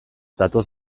datoz